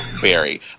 Barry